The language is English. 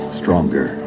stronger